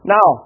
Now